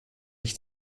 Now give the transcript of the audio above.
ich